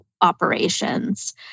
operations